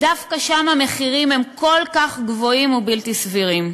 המחירים כל כך גבוהים ובלתי סבירים.